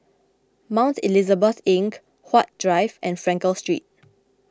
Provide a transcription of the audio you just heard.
Mount Elizabeth Link Huat Drive and Frankel Street